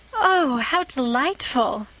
oh, how delightful!